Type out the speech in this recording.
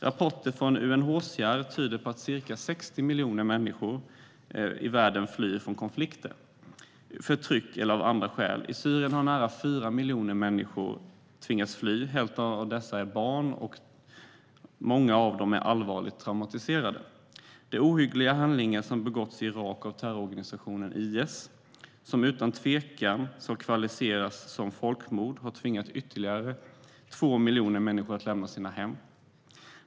Rapporter från UNHCR tyder på att ca 60 miljoner människor i världen flyr från konflikter eller förtryck eller av andra skäl. I Syrien har nära 4 miljoner människor tvingats fly. Hälften av dem är barn, och många av dem är allvarligt traumatiserade. De ohyggliga handlingar som begåtts i Irak av terrororganisationen IS - vilka utan tvekan ska kvalificeras som folkmord - har tvingat ytterligare 2 miljoner människor att lämna sina hem.